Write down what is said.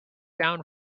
down